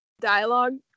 dialogue